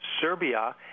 Serbia